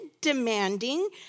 demanding